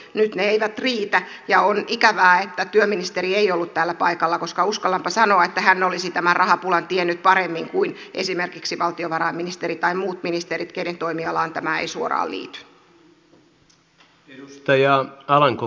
nyt ne eivät riitä ja on ikävää että työministeri ei ollut täällä paikalla koska uskallanpa sanoa että hän olisi tämän rahapulan tiennyt paremmin kuin esimerkiksi valtiovarainministeri tai muut ministerit keiden toimialaan tämä ei suoraan liity